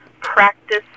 practice